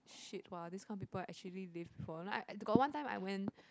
!shit! !wah! this kind of people are actually they like got one time I went